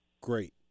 Great